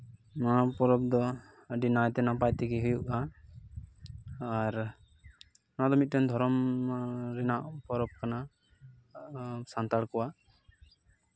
ᱱᱚᱣᱟ ᱯᱚᱨᱚᱵᱽ ᱫᱚ ᱟᱹᱰᱤ ᱱᱟᱭᱛᱮ ᱱᱟᱯᱟᱭᱛᱮ ᱦᱩᱭᱩᱜᱼᱟ ᱟᱨ ᱱᱚᱣᱟ ᱫᱚ ᱢᱤᱫᱴᱮᱱ ᱫᱷᱚᱨᱚᱢ ᱨᱮᱱᱟᱜ ᱯᱚᱨᱚᱵᱽ ᱠᱟᱱᱟ ᱥᱟᱱᱛᱟᱲ ᱠᱚᱣᱟᱜ